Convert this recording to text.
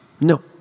No